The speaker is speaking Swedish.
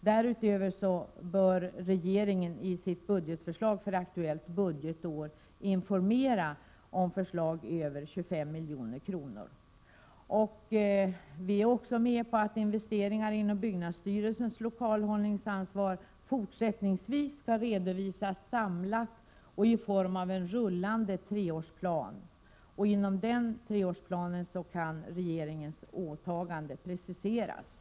Därutöver bör regeringen i sitt budgetförslag för aktuellt budgetår informera om förslag över 25 milj.kr. Utskottet går också med på att investeringar inom byggnadsstyrelsens lokalhållningsansvar fortsättningsvis skall redovisas samlat och i form av en rullande treårsplan. Inom denna treårsplan kan regeringens åtagande preciseras.